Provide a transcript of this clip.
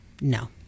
no